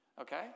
Okay